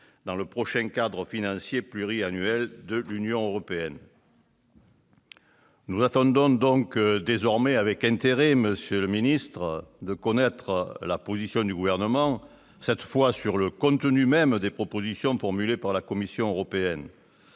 dans le prochain cadre financier pluriannuel de l'Union européenne. Nous attendons donc désormais avec intérêt, monsieur le ministre, de connaître la position du Gouvernement sur le contenu même des propositions formulées par la Commission européenne.